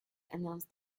announced